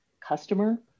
Customer